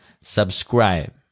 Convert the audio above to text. subscribe